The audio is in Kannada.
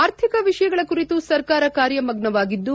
ಆರ್ಥಿಕ ವಿಷಯಗಳ ಕುರಿತು ಸರ್ಕಾರ ಕಾರ್ಯಮಗ್ನವಾಗಿದ್ದು